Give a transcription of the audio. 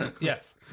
Yes